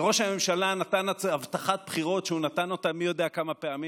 וראש הממשלה נתן הבטחת בחירות שהוא נתן אותה מי יודע כמה פעמים.